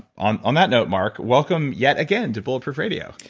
on on that note, mark, welcome yet again to bulletproof radio.